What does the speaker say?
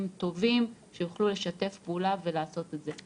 טובים שיוכלו לשתף פעולה ולעשות את זה.